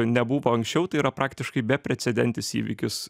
nebuvo anksčiau tai yra praktiškai beprecedentis įvykis